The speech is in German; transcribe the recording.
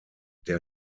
der